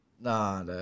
Nah